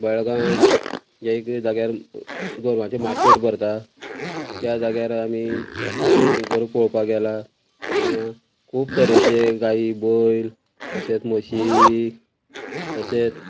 बेळगांव जे एक जाग्यार गोरवांचे मार्केट भरता ज्या जाग्यार आमी हीं गोरू पोवपाक गेला तिंगा खूब तरेचे गायी बैल तशेंत म्हशी तशेंत